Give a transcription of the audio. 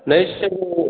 नहीं सर वह